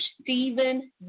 Stephen